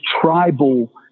tribal